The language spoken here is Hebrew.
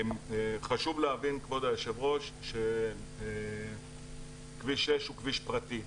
חשוב להבין כבוד היו"ר, שכביש 6 הוא כביש פרטי,